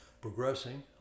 progressing